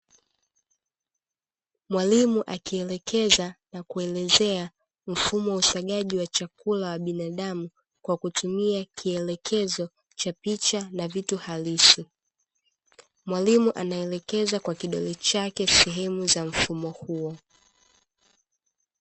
Mwalimu akielekeza na kuelezea mfumo wa usagaji wa chakula wa binadamu, kwa kutumia kielekezo cha picha na vitu halisi. Mwalimu anaelekeza kwa kidole chake sehemu za mfumo huo.